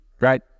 right